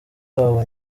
wabo